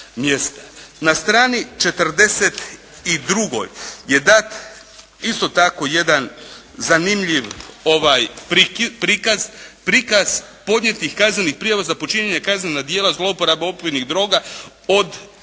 Na strani 42 je dat isto tako jedan zanimljiv prikaz, prikaz podnijetih kaznenih prijava za počinjanje kaznenih djela zloporaba opojnih droga od 96.